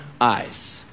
eyes